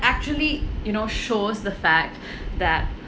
actually you know shows the fact that